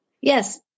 yes